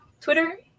Twitter